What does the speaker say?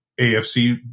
AFC